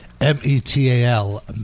M-E-T-A-L